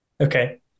Okay